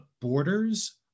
borders